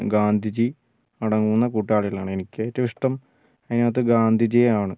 ഗാന്ധിജി അടങ്ങുന്ന കൂട്ടാളികളാണ് എനിക്ക് ഏറ്റോം ഇഷ്ടം അതിനകത്ത് ഗാന്ധിജിയെ ആണ്